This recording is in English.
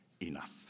enough